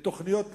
תוכניות לימודים,